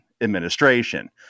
administration